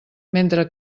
mentre